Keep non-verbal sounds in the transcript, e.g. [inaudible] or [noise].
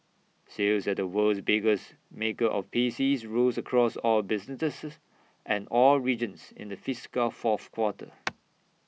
sales at the world's biggest maker of PCs rose across all businesses and all regions in the fiscal fourth quarter [noise]